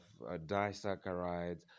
disaccharides